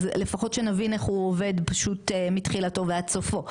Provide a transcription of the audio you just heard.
אז לפחות שנבין איך הוא עובד פשוט מתחילתו ועד סופו,